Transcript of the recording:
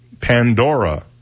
Pandora